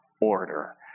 order